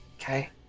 Okay